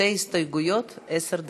שתי הסתייגויות, עשר דקות.